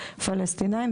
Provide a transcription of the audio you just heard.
פלשתינאים.